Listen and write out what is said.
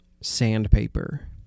sandpaper